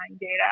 data